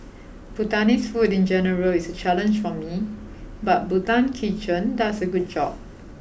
Bhutanese food in general is a challenge for me but Bhutan Kitchen does a good job